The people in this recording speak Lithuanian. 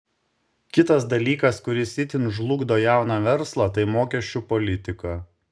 kitas dalykas kuris itin žlugdo jauną verslą tai mokesčių politika